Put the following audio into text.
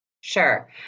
Sure